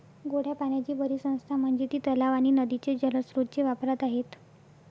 गोड्या पाण्याची परिसंस्था म्हणजे ती तलाव आणि नदीचे जलस्रोत जे वापरात आहेत